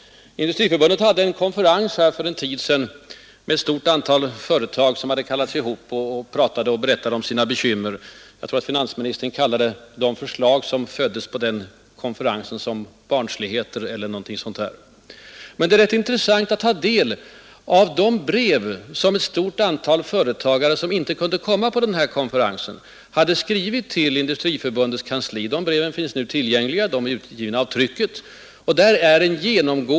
Industriförbundet hade en konferens för en tid sedan, där företrädare för ett stort antal företag berättade om sina bekymmer. Jag tror att finansministern kallade de förslag som föddes på den konferensen för 137 barnsligheter eller någonting sådant. Men det är rätt intressant att ta del av de brev som ett stort antal företagare, vilka inte kunde komma på konferensen, hade skrivit till Industriförbundets kansli. De breven finns nu tillgängliga, de är utgivna av trycket.